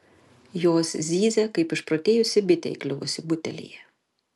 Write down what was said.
jos zyzia kaip išprotėjusi bitė įkliuvusi butelyje